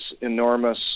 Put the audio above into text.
enormous